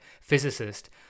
physicist